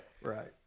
Right